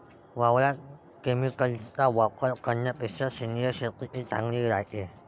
वावरात केमिकलचा वापर करन्यापेक्षा सेंद्रिय शेतीच चांगली रायते